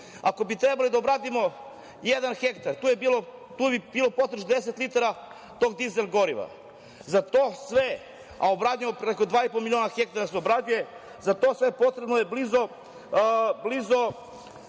Ako bi trebali da obradimo jedan hektar, tu bi bilo potrebno 60 litara dizel griva. Za to sve, a obrađeno je preko 2,5 miliona hektara, obrađuje se, za to sve potrebno je blizu